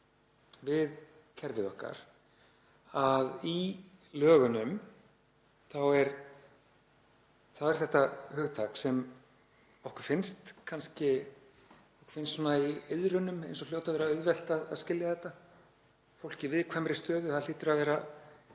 við kerfið okkar. Í lögunum er þetta hugtak sem okkur finnst kannski svona í iðrunum eins og hljóti að vera auðvelt að skilja þetta, fólk í viðkvæmri stöðu, það hlýtur að vera